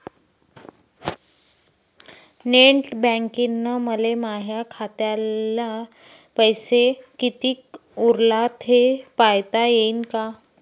Net बँकिंगनं मले माह्या खाल्ल पैसा कितीक उरला थे पायता यीन काय?